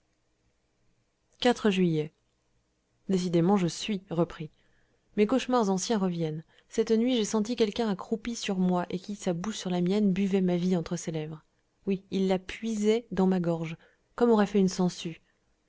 juillet décidément je suis repris mes cauchemars anciens reviennent cette nuit j'ai senti quelqu'un accroupi sur moi et qui sa bouche sur la mienne buvait ma vie entre mes lèvres oui il la puisait dans ma gorge comme aurait fait une sangsue